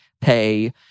pay